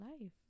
life